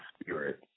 Spirit